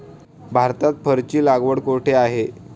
भारतात फरची लागवड कुठे आहे?